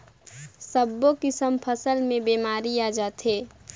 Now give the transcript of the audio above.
सब्बो किसम फसल मे बेमारी आ जाथे